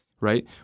right